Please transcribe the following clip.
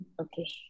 okay